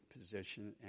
position